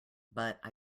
but